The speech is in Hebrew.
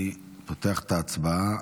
אני פותח את ההצבעה.